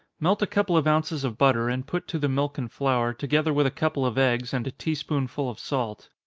melt a couple of ounces of butter, and put to the milk and flour, together with a couple of eggs, and a tea-spoonful of salt.